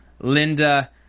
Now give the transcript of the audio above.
Linda